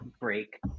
break